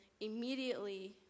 immediately